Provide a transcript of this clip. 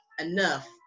enough